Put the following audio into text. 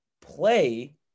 play